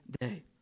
day